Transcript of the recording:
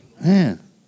Man